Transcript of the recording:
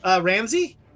Ramsey